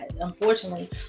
unfortunately